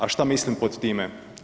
A šta mislim pod time?